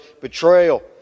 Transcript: betrayal